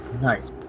Nice